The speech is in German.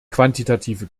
quantitative